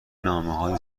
نامههای